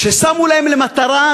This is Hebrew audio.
ששמו להם למטרה,